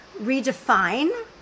redefine